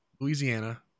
Louisiana